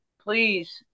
please